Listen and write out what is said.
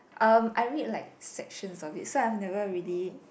um I read like sections of it so I never really